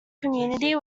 community